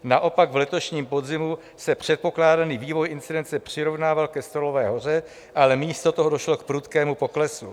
Naopak v letošním podzimu se předpokládaný vývoj incidence přirovnával ke stolové hoře, ale místo toho došlo k prudkému poklesu.